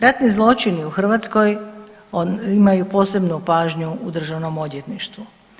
Ratni zločini u Hrvatskoj imaju posebnu pažnju u državnom odvjetništvu.